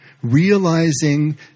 realizing